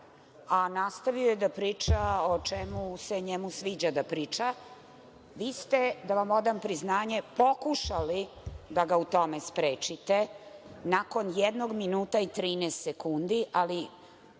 a nastavio je da priča o čemu mu se sviđa da priča. Vi ste da vam odam priznanje, pokušali da ga u tome sprečite nakon jednog minuta i 13 sekundi, ali